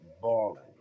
balling